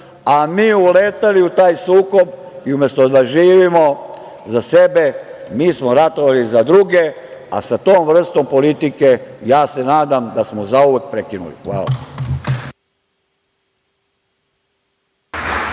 a mi uleteli u taj sukob i umesto da živimo za sebe, mi smo ratovali za druge, a sa tom vrstom politike, nadam se, da smo zauvek prekinuli. Hvala.